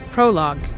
Prologue